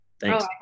Thanks